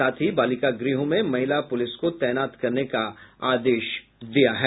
साथ ही बालिका गृहों में महिला पुलिस को तैनात करने का आदेश दिया है